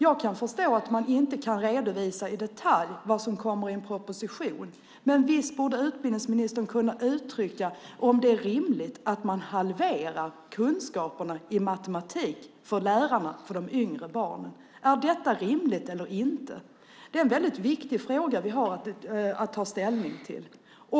Jag kan förstå att man inte kan redovisa i detalj vad som kommer i en proposition, men visst borde utbildningsministern kunna uttrycka om det är rimligt att halvera kunskaperna i matematik för lärarna för de yngre barnen. Är detta rimligt eller inte? Det är en väldigt viktig fråga vi har att ta ställning till.